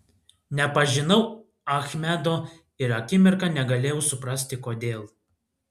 nepažinau achmedo ir akimirką negalėjau suprasti kodėl